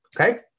Okay